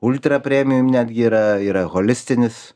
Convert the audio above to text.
ultra premium netgi yra yra holistinis